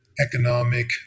economic